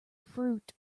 fruit